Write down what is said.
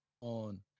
on